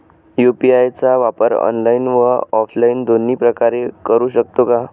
UPI चा वापर online व ऑफलाईन दोन्ही प्रकारे करु शकतो का?